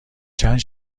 چند